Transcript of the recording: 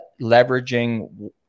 leveraging